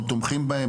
אנחנו תומכים בהם,